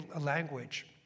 language